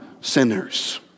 sinners